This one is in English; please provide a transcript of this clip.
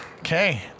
Okay